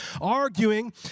Arguing